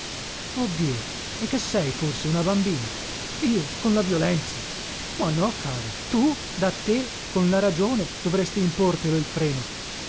dio e che sei forse una bambina io con la violenza ma no cara tu da te con la ragione dovresti importelo il freno